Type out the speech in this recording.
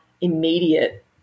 immediate